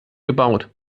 gebaut